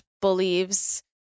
believes